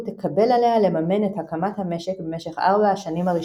תקבל עליה לממן את הקמת המשק במשך ארבע השנים הראשונות.